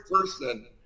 person